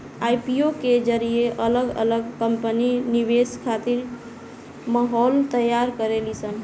IPO के जरिए अलग अलग कंपनी निवेश खातिर माहौल तैयार करेली सन